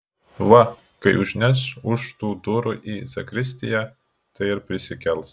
va kai užneš už tų durų į zakristiją tai ir prisikels